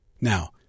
Now